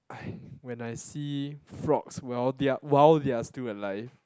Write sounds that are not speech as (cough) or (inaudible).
(breath) when I see frogs while they are while they are still alive